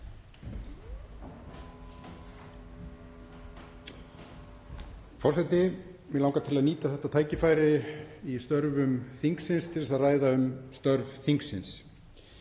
Forseti. Mig langar til að nýta þetta tækifæri í störfum þingsins til að ræða um störf þingsins.